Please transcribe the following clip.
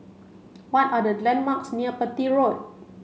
what are the landmarks near Petir Road